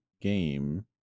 game